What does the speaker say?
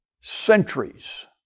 centuries